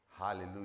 Hallelujah